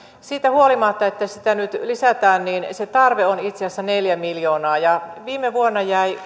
siitä huolimatta että sitä nyt lisätään sen tarve on itse asiassa neljä miljoonaa viime vuonna jäi